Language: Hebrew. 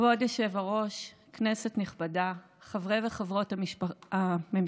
כבוד היושב-ראש, כנסת נכבדה, חברי וחברות הממשלה,